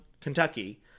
Kentucky